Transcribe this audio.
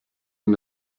and